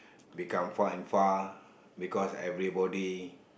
become far and far because everybody